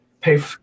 Pay